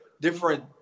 different